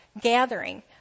Gathering